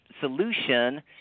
solution